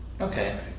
Okay